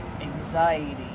anxiety